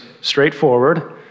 straightforward